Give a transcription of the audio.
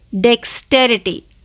Dexterity